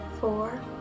four